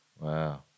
Wow